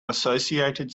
associated